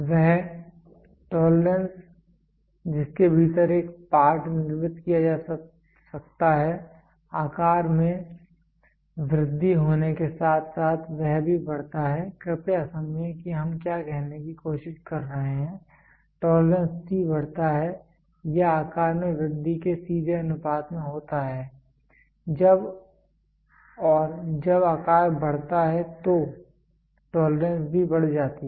वह टोलरेंस जिसके भीतर एक पार्ट निर्मित किया जा सकता है आकार में वृद्धि होने के साथ साथ वह भी बढ़ता है कृपया समझें कि हम क्या कहने की कोशिश कर रहे हैं टोलरेंस T बढ़ता है या आकार में वृद्धि के सीधे अनुपात में होता है जब और जब आकार बढ़ता है तो टोलरेंस भी बढ़ जाती है